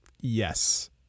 Yes